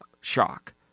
Shock